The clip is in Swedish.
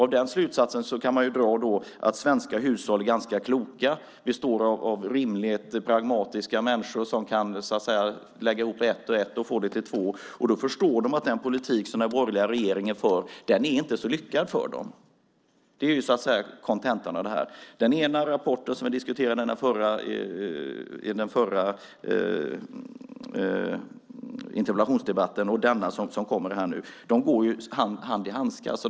Av det kan man dra slutsatsen att svenska hushåll är ganska kloka och består av rimligt pragmatiska människor som kan lägga ihop ett och ett och få det till två. Då förstår de att den politik som den borgerliga regeringen för inte är så lyckad för dem. Det är kontentan av det här. Den första rapporten, som vi diskuterade i den förra interpellationsdebatten, och den här är som hand i handske.